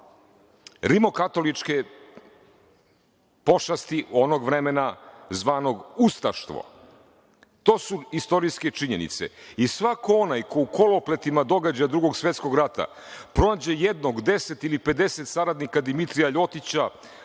rimokatoličke pošasti onog vremena, zvanog ustaštvo. To su istorijske činjenice. Svako onaj ko u kolopletima događaja Drugog svetskog rata prođe jednog, deset ili pedeset saradnika Dimitrija Ljotića,